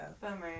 Bummer